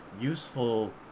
useful